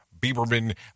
Bieberman